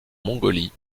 mongolie